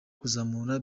kuzamura